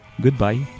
Goodbye